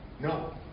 No